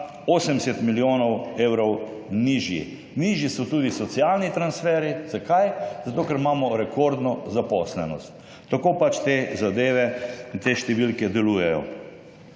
80 milijonov evrov nižji. Nižji so tudi socialni transferji. Zakaj? Zato ker imamo rekordno zaposlenost. Tako pač te številke delujejo.